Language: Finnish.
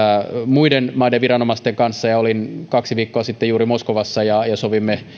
muiden maiden viranomaisten kanssa olin juuri kaksi viikkoa sitten moskovassa ja sovimme